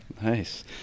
Nice